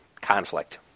conflict